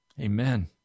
Amen